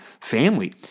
family